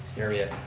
area.